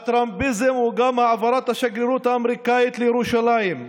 הטראמפיזם הוא גם העברת השגרירות האמריקנית לירושלים,